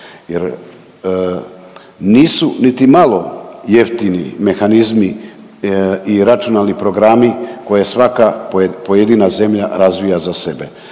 Nisu niti malo jeftini mehanizmi i računalni programi koje svaka pojedina zemlja razvija za sebe.